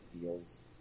feels